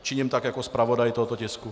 Činím tak jako zpravodaj tohoto tisku.